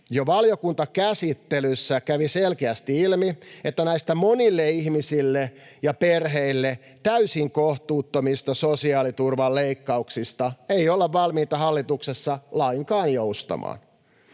Jo valiokuntakäsittelyssä kävi selkeästi ilmi, että näistä monille ihmisille ja perheille täysin kohtuuttomista sosiaaliturvan leikkauksista ei olla valmiita hallituksessa lainkaan joustamaan.